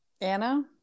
Anna